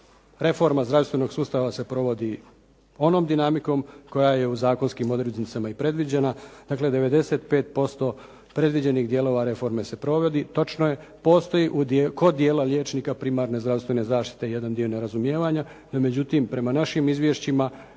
reforma zdravstvenog sustava se provodi onom dinamikom koja je u zakonskim odrednicama i predviđena. Dakle, 95% predviđenih dijelova reforme se provodi. Točno je, postoji kod dijela liječnika primarne zdravstvene zaštite jedan dio nerazumijevanja, no međutim prema našim izvješćima